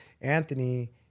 Anthony